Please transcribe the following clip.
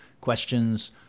questions